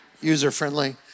user-friendly